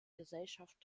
gesellschaft